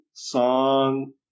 song